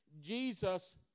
Jesus